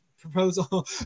proposal